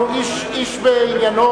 אנחנו, איש איש בעניינו